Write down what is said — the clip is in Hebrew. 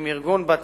עם ארגון בתי-האבות,